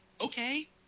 Okay